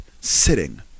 sitting